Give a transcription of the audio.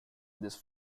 this